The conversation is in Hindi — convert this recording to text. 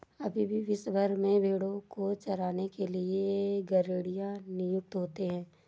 अभी भी विश्व भर में भेंड़ों को चराने के लिए गरेड़िए नियुक्त होते हैं